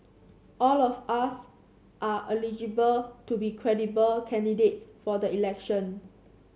all of us are eligible to be credible candidates for the election